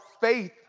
faith